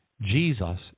Jesus